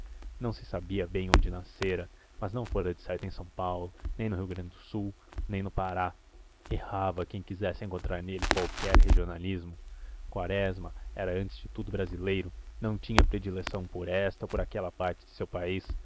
não se sabia bem onde nascera mas não fora decerto em são paulo nem no rio grande do sul nem no pará errava quem quisesse encontrar nele qualquer regionalismo quaresma era antes de tudo brasileiro não tinha predileção por esta ou aquela parte de seu país